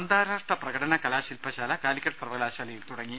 അന്താരാഷ്ട്ര പ്രകടന കലാശിൽപശാല കാലിക്കറ്റ് സർവകലാശാലയിൽ തുടങ്ങി